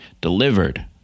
delivered